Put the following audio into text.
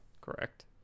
correct